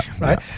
right